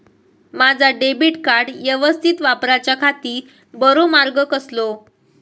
माजा debit card यवस्तीत वापराच्याखाती बरो मार्ग कसलो?